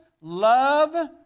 love